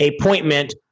appointment